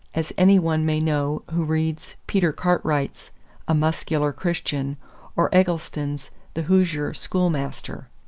as any one may know who reads peter cartwright's a muscular christian or eggleston's the hoosier schoolmaster.